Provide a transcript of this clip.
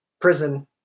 prison